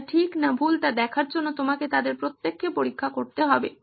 তারা ঠিক না ভুল তা দেখার জন্য তোমাকে তাদের প্রত্যেককে পরীক্ষা করতে হবে